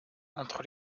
entre